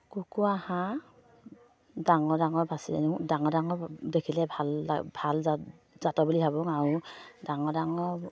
কুকুৰা হাঁহ ডাঙৰ ডাঙৰ বাচি আনো ডাঙৰ ডাঙৰ দেখিলে ভাল ভাল জাত জাতৰ বুলি ভাবোঁ আৰু ডাঙৰ ডাঙৰ